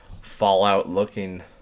Fallout-looking